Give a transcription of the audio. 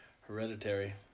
*Hereditary*